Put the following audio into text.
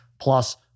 plus